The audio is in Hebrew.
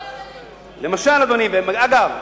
אגב,